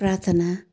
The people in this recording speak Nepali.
प्रार्थना